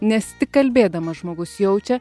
nes tik kalbėdamas žmogus jaučia